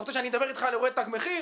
אתה רוצה שאדבר אתך על אירועי תג מחיר?